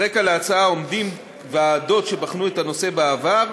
ברקע להצעה עומדים ועדות שבחנו את הנושא בעבר,